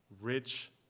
rich